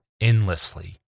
endlessly